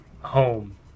home